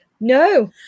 No